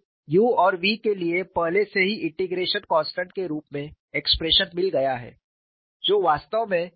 हमें u और v के लिए पहले से ही इंटीग्रेशन कॉन्स्टेंट के रूप में एक्सप्रेशन मिल गया है जो वास्तव में